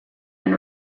and